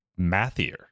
mathier